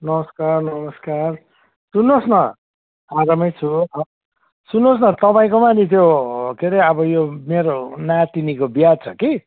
नमस्कार नमस्कार सुन्नुहोस् न आरामै छु सुन्नुहोस् न तपाईँकोमा नि त्यो के अरे अब यो मेरो नातिनीको बिहा छ कि